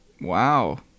Wow